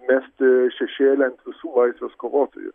mesti šešėlį ant visų laisvės kovotojų